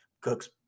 Cook's